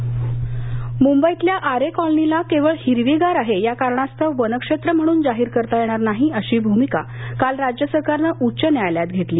आरे मुंबईतल्या आरे कॉलनीला केवळ हिरवीगार आहे या कारणास्तव वनक्षेत्र म्हणून जाहीर करता येणार नाही अशी भुमिका काल राज्य सरकारने उच्च न्यायालयात घेतली